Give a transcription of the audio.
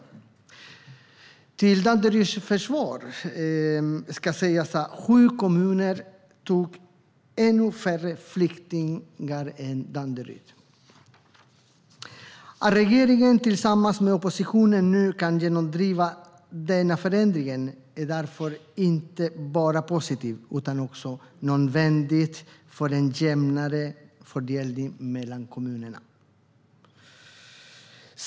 Till Danderyds försvar ska sägas att sju kommuner tog emot ännu färre flyktingar. Att regeringen tillsammans med oppositionen nu kan genomdriva denna förändring är därför inte bara positivt utan också nödvändigt för att det ska bli en jämnare fördelning mellan kommunerna.